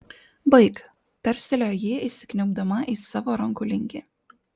baik tarstelėjo ji įsikniaubdama į savo rankų linkį